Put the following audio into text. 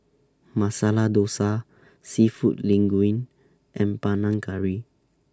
Masala Dosa Seafood Linguine and Panang Curry